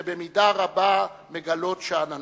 שבמידה רבה מגלות שאננות.